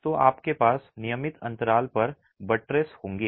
तो आपके पास नियमित अंतराल पर बट्रेस होंगे